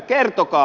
kertokaa